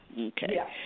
Okay